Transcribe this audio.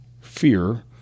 fear